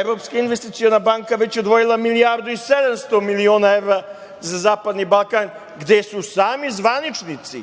Evropska investiciona banka je već odvojila milijardu i 700 miliona evra za zapadni Balkan, gde su sami zvaničnici